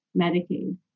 Medicaid